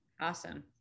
Awesome